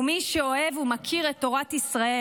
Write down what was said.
מי שאוהב ומכיר את תורת ישראל,